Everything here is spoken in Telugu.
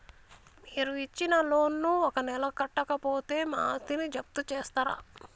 మీరు ఇచ్చిన లోన్ ను ఒక నెల కట్టకపోతే మా ఆస్తిని జప్తు చేస్తరా?